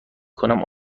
کنم